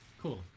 Cool